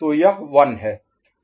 तो यह 1 है